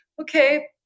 okay